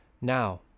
Now